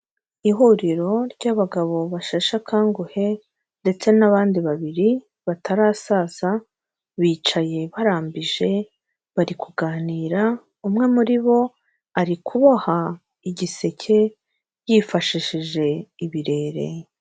Ihuriro ry'abagabo basheshe akanguhe ndetse n'abandi babiri batarasaza bicaye barambije bari kuganira, umwe muri bo ari kuboha igiseke yifashishije ibirere.